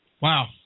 Wow